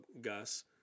Gus